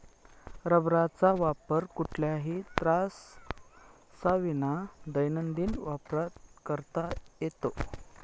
रबराचा वापर कुठल्याही त्राससाविना दैनंदिन वापरात करता येतो